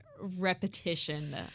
repetition